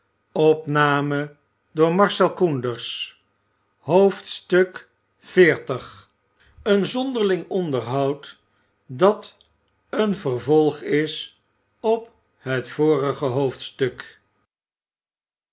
ben zonderling onderhoud dat een vervolg is op het vorige hoofdstuk